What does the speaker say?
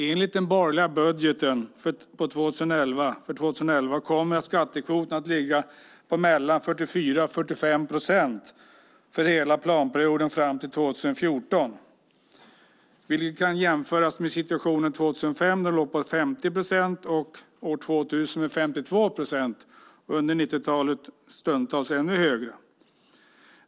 Enligt den borgerliga budgeten för 2011 kommer skattekvoten att ligga på 44-45 procent för hela planperioden fram till 2014, vilket kan jämföras med situationen år 2005 då den låg på 50 procent, år 2000 på 52 procent och under 90-talet stundtals ännu högre.